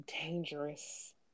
dangerous